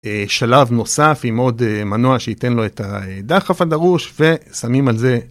שלב נוסף עם עוד מנוע שייתן לו את הדחף הדרוש ושמים על זה...